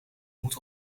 moet